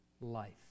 life